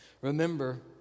Remember